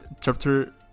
chapter